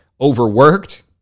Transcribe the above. overworked